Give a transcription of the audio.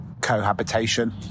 cohabitation